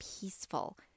peaceful